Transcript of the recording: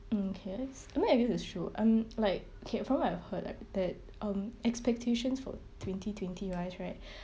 mm okay I mean I guess it's true um like okay from what I heard right that um expectations for twenty twenty rise right